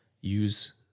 use